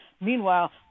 Meanwhile